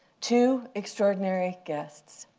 two extraordinary guests